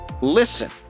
Listen